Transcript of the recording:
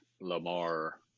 Lamar